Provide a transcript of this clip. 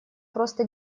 просто